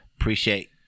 appreciate